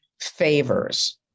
favors